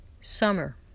Summer